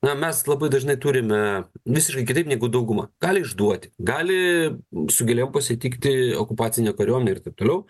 na mes labai dažnai turime visiškai kitaip negu dauguma gali išduoti gali su gėlėm pasitikti okupacinę kariuomenę ir taip toliau